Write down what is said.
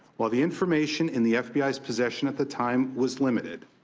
while the information in the f b i s possession at the time was limited,